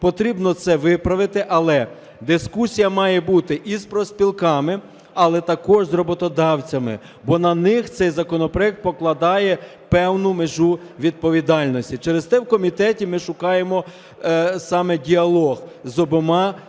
Потрібно це виправити. Але дискусія має бути і з профспілками, але також з роботодавцями, бо на них цей законопроект покладає певну межу відповідальності. Через те в комітеті ми шукаємо саме діалог з обома